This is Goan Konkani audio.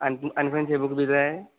आनी तुम आनी खंयचे बूक बी जाय